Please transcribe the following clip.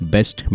Best